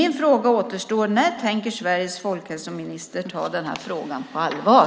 När tänker Sveriges folkhälsominister ta frågan på allvar?